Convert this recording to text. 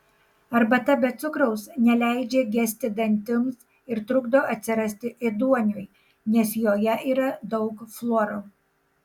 arbata be cukraus neleidžia gesti dantims ir trukdo atsirasti ėduoniui nes joje yra daug fluoro